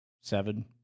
seven